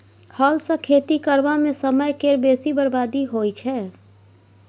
हल सँ खेती करबा मे समय केर बेसी बरबादी होइ छै